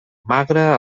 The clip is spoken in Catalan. magre